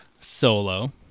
Solo